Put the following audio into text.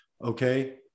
Okay